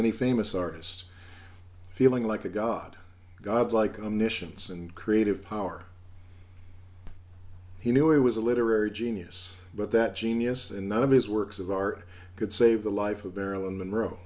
any famous artist feeling like a god godlike omniscience and creative power he knew it was a literary genius but that genius and none of his works of art could save the life of marilyn monroe